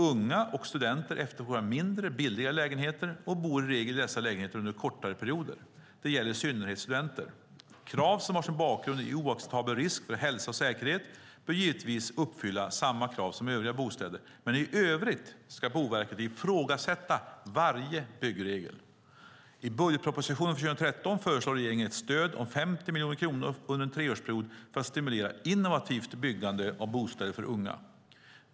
Unga och studenter efterfrågar mindre, billigare lägenheter och bor i regel i dessa lägenheter under kortare perioder. Det gäller i synnerhet studenter. Krav som har sin bakgrund i oacceptabel risk för hälsa och säkerhet bör givetvis motsvara kraven för övriga bostäder, men i övrigt ska Boverket ifrågasätta varje byggregel. I budgetpropositionen för 2013 föreslår regeringen ett stöd om 50 miljoner kronor under en treårsperiod för att stimulera innovativt byggande av bostäder för unga.